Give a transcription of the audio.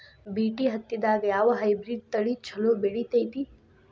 BT ಹತ್ತಿದಾಗ ಯಾವ hybrid ತಳಿ ಛಲೋ ಬೆಳಿತೈತಿ?